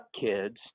kids